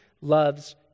loves